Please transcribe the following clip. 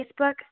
Facebook